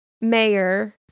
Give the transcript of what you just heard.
mayor